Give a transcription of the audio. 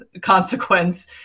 consequence